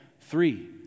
Three